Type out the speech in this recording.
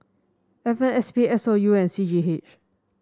F M S P S O U and C G H